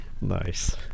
Nice